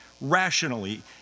rationally